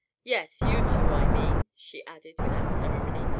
yes, you two, i mean, she added, without ceremony,